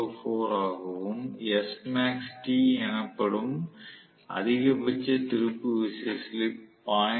04 ஆகவும் smax T எனப்படும் அதிகபட்ச திருப்பு விசை ஸ்லிப் 0